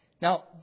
Now